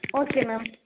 okay ma'am